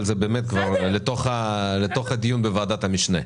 אבל זה באמת כבר לתוך הדיון בוועדת המשנה.